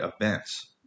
events